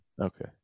Okay